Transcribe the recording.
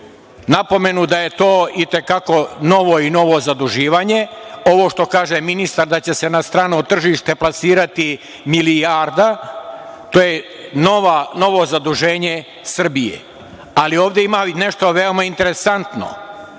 napomenu da je to i te kako novo i novo zaduživanje. Ovo što kaže ministar da će se na strano tržište plasirati milijarda, to je novo zaduženje Srbije. Ali, ovde ima nešto veoma interesantno,